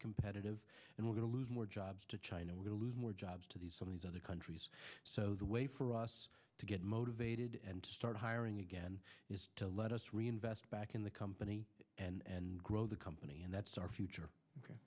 competitive and we're going to lose more jobs to china we'll lose more jobs to these some of these other countries so the way for us to get motivated and start hiring again is to let us reinvest back in the company and grow the company and that's our future